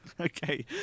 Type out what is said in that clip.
Okay